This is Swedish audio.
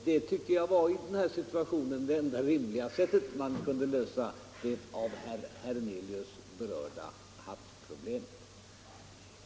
Det tycker jag var i den här situationen det enda rimliga sätt på vilket man kunde lösa det av herr Hernelius berörda hattproblemet.